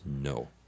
No